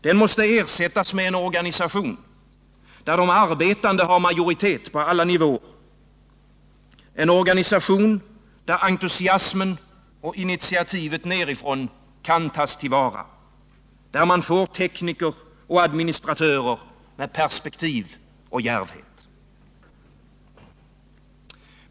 Den måste ersättas med en organisation där de arbetande har majoritet på alla nivåer — en organisation där entusiasmen och initiativet nedifrån kan tas till vara, där man får tekniker och administratörer med perspektiv och djärvhet.